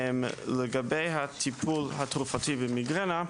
לגבי הטיפול התרופתי במיגרנה,